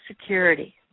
security